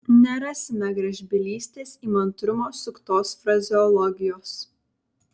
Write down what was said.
nerasime gražbylystės įmantrumo suktos frazeologijos